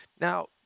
now